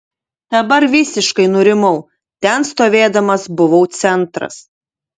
dabar visiškai nurimau ten stovėdamas buvau centras